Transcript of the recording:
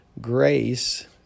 grace